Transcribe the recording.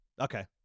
Okay